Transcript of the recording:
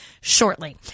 shortly